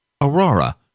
Aurora